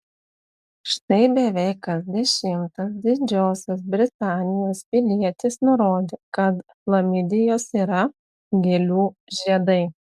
štai beveik kas dešimtas didžiosios britanijos pilietis nurodė kad chlamidijos yra gėlių žiedai